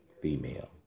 female